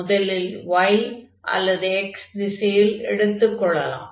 முதலில் y அல்லது x திசையில் எடுத்துக்கொள்ளலாம்